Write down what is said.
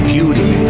Beauty